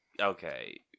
okay